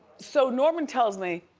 so norman tells me